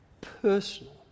personal